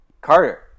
carter